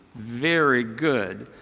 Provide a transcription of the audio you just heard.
very good.